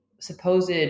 supposed